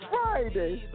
Friday